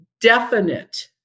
definite